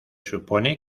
supone